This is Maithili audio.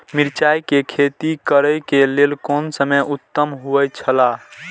मिरचाई के खेती करे के लेल कोन समय उत्तम हुए छला?